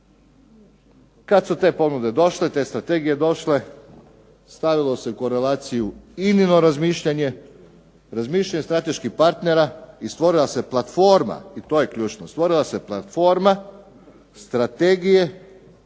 Kada su te ponude i strategije došle stavilo se u korelaciju INA-ino razmišljanje, razmišljanje strateških partnera i stvorila se platforma, to je ključno, strategije razvoja industrije